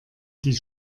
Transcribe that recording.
die